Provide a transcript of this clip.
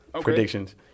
predictions